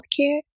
healthcare